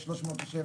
307